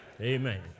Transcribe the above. Amen